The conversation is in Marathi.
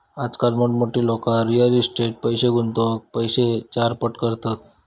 आजकाल मोठमोठी लोका रियल इस्टेटीट पैशे गुंतवान पैशे चारपट करतत